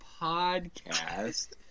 podcast